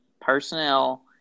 personnel